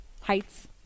heights